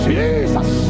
Jesus